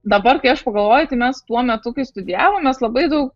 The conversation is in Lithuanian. dabar kai aš pagalvoju tai mes tuo metu kai studijavom mes labai daug